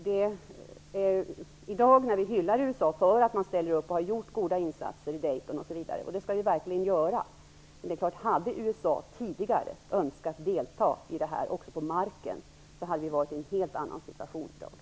I dag när vi hyllar USA för att man har ställt upp och gjort goda insatser i Dayton - och det skall vi verkligen göra - står det ändå klart att om USA tidigare hade önskat delta också på marken, hade vi varit i en helt annan situation i dag.